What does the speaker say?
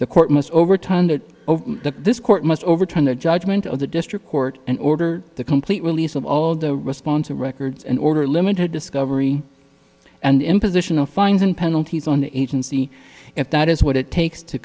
the court must overturned it that this court must overturn the judgment of the district court and order the complete release of all the response and records an order limited discovery and imposition of fines and penalties on the agency if that is what it takes to